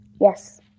Yes